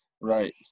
Right